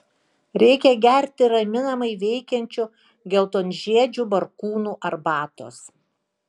reikia gerti raminamai veikiančių geltonžiedžių barkūnų arbatos